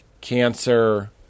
cancer